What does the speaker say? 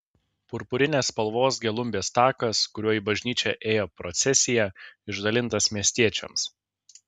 purpurinės spalvos gelumbės takas kuriuo į bažnyčią ėjo procesija išdalintas miestiečiams